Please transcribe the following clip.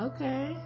Okay